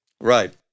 Right